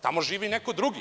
Tamo živi neko drugi.